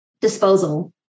disposal